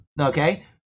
okay